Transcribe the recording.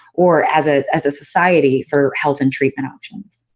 or as ah as a society for health and treatment options.